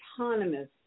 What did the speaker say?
autonomous